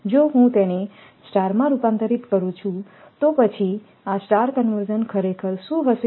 જો હું તેને સ્ટારમાં રૂપાંતરિત કરું છું તો પછી આ સ્ટાર કન્વર્ઝન ખરેખર શું હશે